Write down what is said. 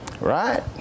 Right